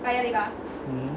mmhmm